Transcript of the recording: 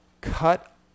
cut